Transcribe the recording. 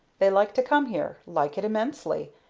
they like to come here like it immensely.